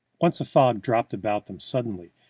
once a fog dropped about them suddenly,